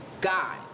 God